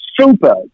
super